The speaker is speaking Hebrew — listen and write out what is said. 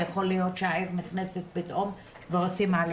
יכול להיות שהעיר נכנסת פתאום לסגר.